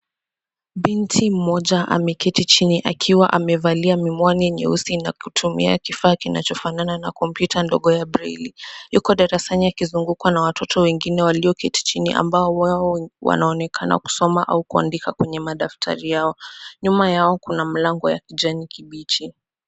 Binti mmoja ameketi chini akiwa amevalia miwani nyeusi na kutumia kifaa kinachofanana na kompyuta ndogo ya breili yuko darasani akizungukwa na watoto wengine walioketi chini ambao wanaonekana kusoma au kuandika kwenye madaftari yao, nyuma yao kuna mlango ya kijani kibichi.